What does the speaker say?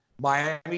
Miami